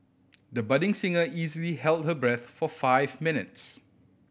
the budding singer easily held her breath for five minutes